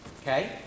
Okay